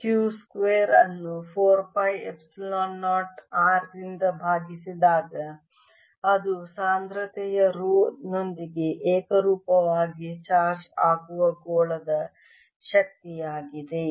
Q square ಅನ್ನು 4 pi epsilon 0 R ನಿಂದ ಭಾಗಿಸಿದಾಗ ಅದು ಸಾಂದ್ರತೆಯ ರೋ ನೊಂದಿಗೆ ಏಕರೂಪವಾಗಿ ಚಾರ್ಜ್ ಆಗುವ ಗೋಳದ ಶಕ್ತಿಯಾಗಿದೆ